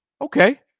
okay